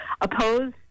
oppose